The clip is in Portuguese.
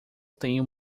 tenho